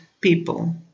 people